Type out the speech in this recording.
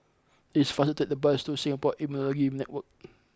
it is faster to take the bus to Singapore Immunology Network